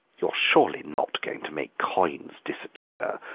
you're surely not going to make coins disappear,